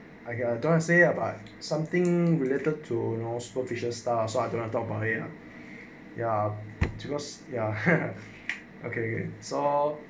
!aiya! don't say about something related to know superficial stuff so I don't want to talk about it lah ya ya okay so